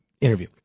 interview